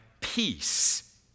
peace